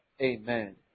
Amen